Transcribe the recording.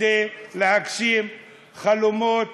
כדי להגשים חלומות,